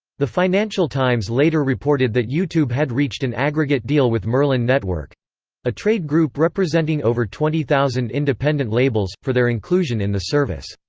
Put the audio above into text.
the financial times later reported that youtube had reached an aggregate deal with merlin network a trade group representing over twenty thousand independent labels, for their inclusion in the service.